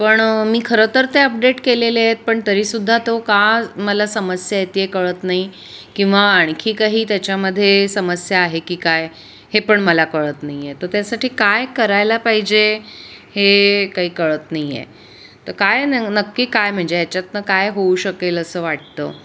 पण मी खरं तर ते अपडेट केलेले आहेत पण तरी सुद्धा तो का मला समस्या येते आहे कळत नाही किंवा आणखी काही त्याच्यामध्ये समस्या आहे की काय हे पण मला कळत नाही आहे तर त्यासाठी काय करायला पाहिजे हे काही कळत नाही आहे तर काय न नक्की काय म्हणजे ह्याच्यातून काय होऊ शकेल असं वाटतं